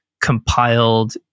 compiled